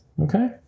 okay